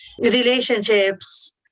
relationships